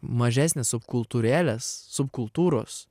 mažesnės subkultūrėlės subkultūros